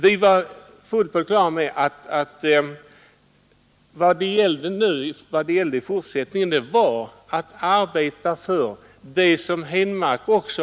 Vi var fullt på det klara med att vad det gällde i fortsättningen var att arbeta för det som herr Henmark öjligheter.